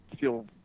feel